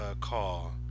call